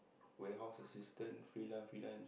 warehouse assistance freelance freelance